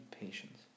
patience